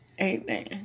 Amen